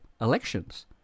elections